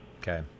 Okay